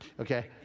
okay